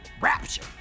rapture